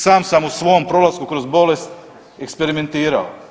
Sam sam u svom prolasku kroz bolest eksperimentirao.